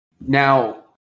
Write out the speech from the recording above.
Now